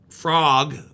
Frog